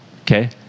Okay